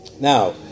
Now